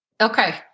Okay